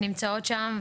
נמצאות שם,